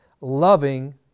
loving